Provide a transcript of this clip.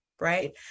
right